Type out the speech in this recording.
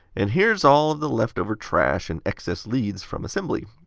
and here's all of the left over trash and excess leads from assembly.